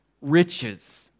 riches